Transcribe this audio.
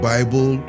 Bible